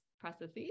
processes